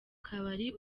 kabari